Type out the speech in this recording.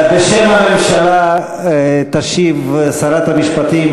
בשם הממשלה תשיב שרת המשפטים,